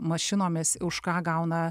mašinomis už ką gauna